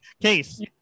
case